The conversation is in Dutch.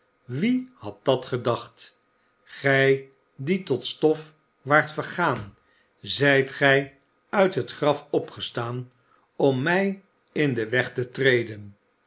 wie had dat gedacht gij die tot stof waart vergaan zijt gij uit het graf opgestaan om mij in den weg te treden